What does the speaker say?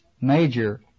major